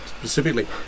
specifically